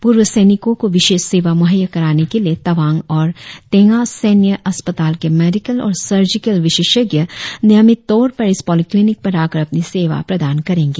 पूर्व सैनिकों को विशेष सेवा मुहैया कराने के लिए तवांग और तेंगा सैन्य अस्पताल के मेडिकल और सर्जिकल विशेषज्ञ नियमित तौर पर इस पॉलिक्लिनिक पर आकर अपनी सेवा प्रदान करेंगी